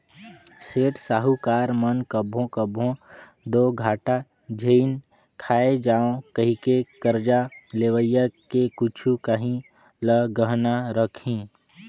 सेठ, साहूकार मन कभों कभों दो घाटा झेइन खाए जांव कहिके करजा लेवइया के कुछु काहीं ल गहना रखहीं